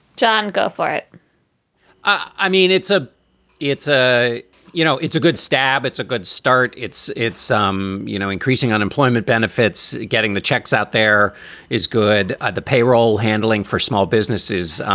john, go for it i mean, it's a it's a you know, it's a good stab. it's a good start it's it's, you know, increasing unemployment benefits. getting the checks out there is good the payroll handling for small businesses